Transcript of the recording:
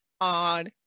on